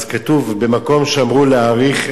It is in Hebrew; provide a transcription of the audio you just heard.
אז כתוב: במקום שאמרו להאריך,